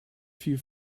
few